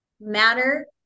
matter